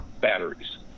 batteries